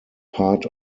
part